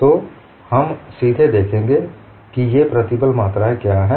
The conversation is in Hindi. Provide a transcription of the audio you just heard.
तो हम सीधे देखेंगे कि ये प्रतिबल मात्राएं क्या हैं